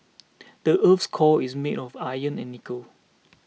the earth's core is made of iron and nickel